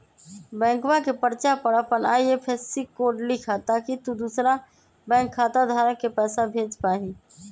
बैंकवा के पर्चा पर अपन आई.एफ.एस.सी कोड लिखा ताकि तु दुसरा बैंक खाता धारक के पैसा भेज पा हीं